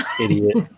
idiot